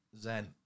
zen